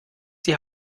die